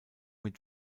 mit